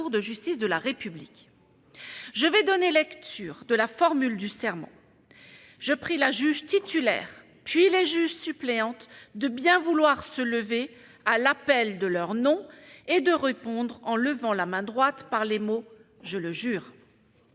de justice de la République. Je vais donner lecture de la formule du serment. Je prierai Mme la juge titulaire, puis Mmes les juges suppléantes, de bien vouloir se lever à l'appel de leur nom et de répondre, en levant la main droite, par les mots :« Je le jure.